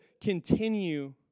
continue